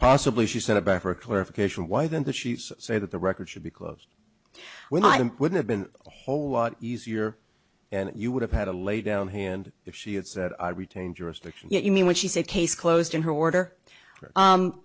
possibly she sent it back for clarification why then the sheets say that the record should be closed when i would have been a whole lot easier and you would have had to lay down hand if she had said i retain jurisdiction you mean when she said case closed in her order